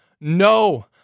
No